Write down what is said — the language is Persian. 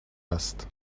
است